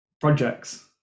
projects